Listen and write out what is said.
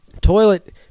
Toilet